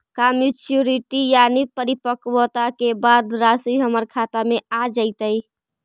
का मैच्यूरिटी यानी परिपक्वता के बाद रासि हमर खाता में आ जइतई?